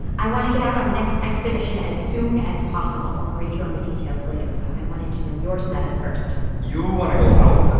i want to get out on the next expedition as soon as possible. i'll brief you on the details later, but i wanted to know your status first you wanna to go out? ah